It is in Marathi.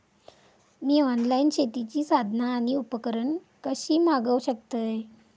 मी ऑनलाईन शेतीची साधना आणि उपकरणा कशी मागव शकतय?